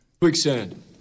Quicksand